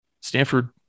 Stanford